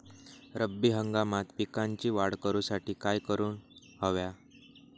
रब्बी हंगामात पिकांची वाढ करूसाठी काय करून हव्या?